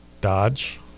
Dodge